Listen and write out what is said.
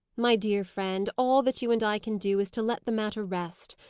my dear friend, all that you and i can do, is to let the matter rest.